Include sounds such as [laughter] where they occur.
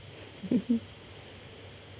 [laughs]